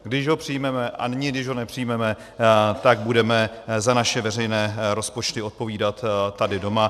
Když ho přijmeme a nyní, když ho nepřijmeme, tak budeme za naše veřejné rozpočty odpovídat tady doma.